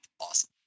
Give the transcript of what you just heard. Awesome